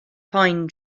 pine